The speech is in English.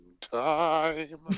time